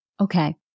Okay